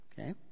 okay